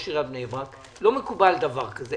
לא מקובל דבר כזה.